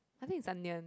I think it's onion